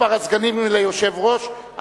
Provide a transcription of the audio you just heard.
מספר הסגנים ליושב-ראש הכנסת).